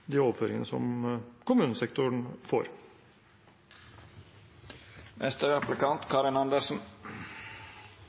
de overføringene som kommunesektoren får.